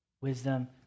Wisdom